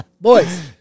boys